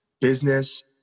business